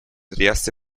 trieste